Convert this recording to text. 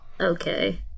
Okay